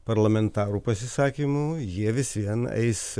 parlamentarų pasisakymų jie vis vien eis